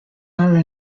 are